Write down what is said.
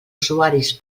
usuaris